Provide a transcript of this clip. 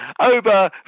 Over